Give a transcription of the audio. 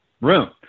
room